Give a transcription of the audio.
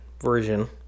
version